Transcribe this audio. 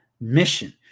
mission